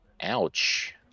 Ouch